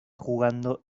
jugando